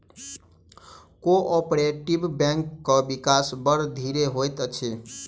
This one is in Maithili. कोऔपरेटिभ बैंकक विकास बड़ धीरे होइत अछि